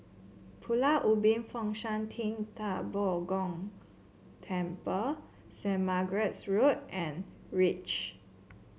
Pulau Ubin Fo Shan Ting Da Bo Gong Temple Saint Margaret's Road and reach